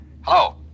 Hello